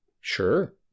Sure